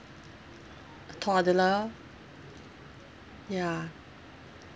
a toddler ya